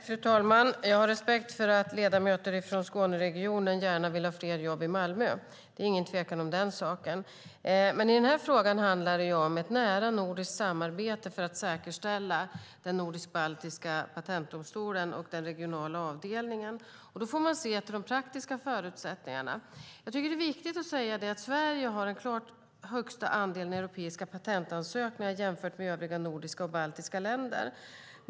Fru talman! Jag har respekt för att ledamöter från Skåneregionen gärna vill ha fler jobb i Malmö. Det är ingen tvekan om den saken. Men i denna fråga handlar det om ett nära nordiskt samarbete för att säkerställa den nordisk-baltiska patentdomstolen och den regionala avdelningen. Då får man se till de praktiska förutsättningarna. Det är viktigt att säga att Sverige har den klart största andelen europeiska patentansökningar jämfört med övriga nordiska och baltiska länder.